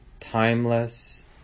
timeless